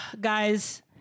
guys